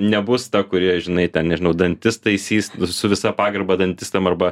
nebus ta kuri žinai ten nežinau dantis taisys su visa pagarba dantistam arba